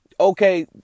okay